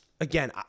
again